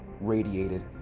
Radiated